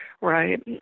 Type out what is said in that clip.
right